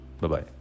Bye-bye